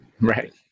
Right